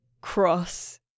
cross